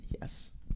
Yes